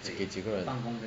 给几个人